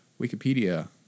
Wikipedia